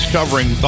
Covering